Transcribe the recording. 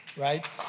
right